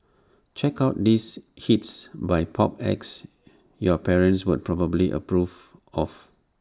check out these hits by pop acts your parents would probably approve of